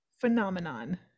phenomenon